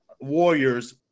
warriors